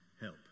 Help